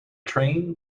train